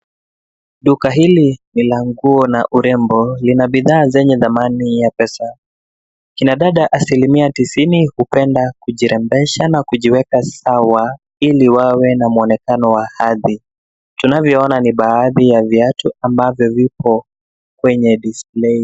Duka hili ni la nguo na urembo. Lina bidhaa zenye thamani ya pesa. Kina dada asilimia tisini hupenda kujirembesha na kujiwekwa sawa ili wawe na mwonekano wa hadi. Tunavyoona ni baadhi ya viatu ambavyo vipo kwenye display .